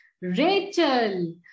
Rachel